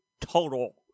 total